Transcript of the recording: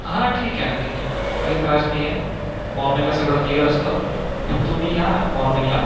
हां ठीक आहे ना ठीक आहे ना काही त्रास नाही आहे मॉर्निंगला सगळं क्लिअर असतं पण तुम्ही या मॉर्निंगला